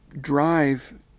drive